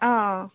অঁ অঁ